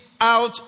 out